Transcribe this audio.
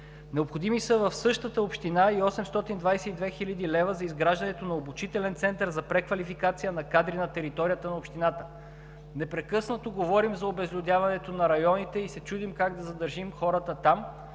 община са необходими и 822 хил. лв. за изграждането на Обучителен център за преквалификация на кадри на територията на общината. Непрекъснато говорим за обезлюдяването на районите и се чудим как да задържим хората там,